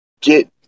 get